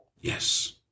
Yes